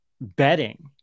betting